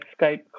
Skype